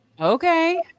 Okay